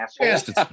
asshole